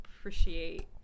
appreciate